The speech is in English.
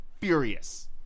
Furious